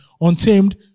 Untamed